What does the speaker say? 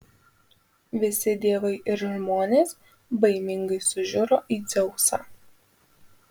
visi dievai ir žmonės baimingai sužiuro į dzeusą